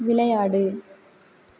விளையாடு